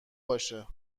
باشه